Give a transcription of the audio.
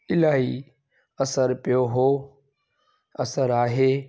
इलाही असरु पियो हुओ असरु आहे